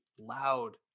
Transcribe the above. loud